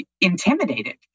intimidated